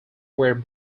were